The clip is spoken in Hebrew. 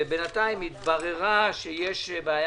ובינתיים התברר שיש בעיה